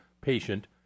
patient